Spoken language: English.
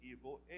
evil